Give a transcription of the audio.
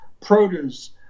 produce